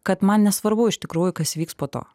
kad man nesvarbu iš tikrųjų kas vyks po to